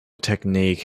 technique